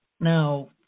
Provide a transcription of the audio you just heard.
Now